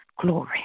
Glory